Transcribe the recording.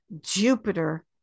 Jupiter